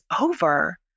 over